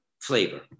flavor